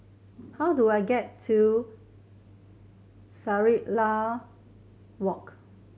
how do I get to Shangri La Walk